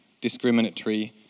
discriminatory